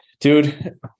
Dude